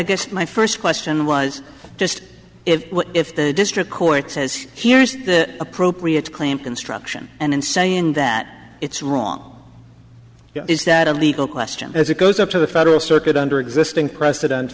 guess my first question was just if if the district court says here's the appropriate claim construction and in saying that it's wrong is that a legal question as it goes up to the federal circuit under existing president